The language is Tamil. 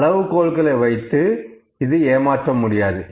அளவுகோல்களை வைத்து இது ஏமாற்ற முடியாது